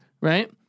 Right